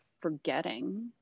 forgetting